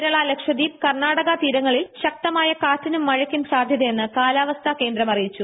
കേരളം ലക്ഷദ്വീപ് കർണാടകം തീരപ്രദേശങ്ങളിൽ ശക്തമായ കാറ്റിനും മഴയ്ക്കും സാധ്യതയെന്ന് കാലാവസ്ഥാ കേന്ദ്രം അറിയിച്ചു